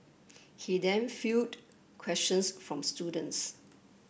he then fielded questions from students